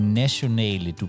nationale